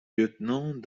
lieutenant